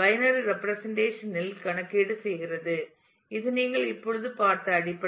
binary representation ல் கணக்கீடு செய்கிறது இது நீங்கள் இப்போது பார்த்த அடிப்படை